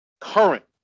Current